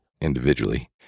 individually